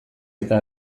eta